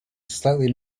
slightly